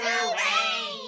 away